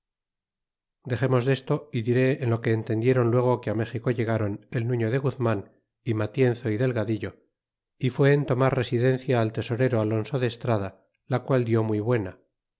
dexernos desto y diré en lo que entendieron luego que méxico ilegáron el nufío de guzman y matienzo y delgadillo y fue en tomar residencia al tesorero alonso de estrada la qual dió muy buena